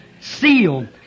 Sealed